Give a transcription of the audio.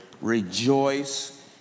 rejoice